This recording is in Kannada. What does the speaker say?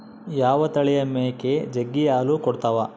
ಯಾವ ತಳಿಯ ಮೇಕೆ ಜಗ್ಗಿ ಹಾಲು ಕೊಡ್ತಾವ?